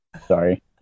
Sorry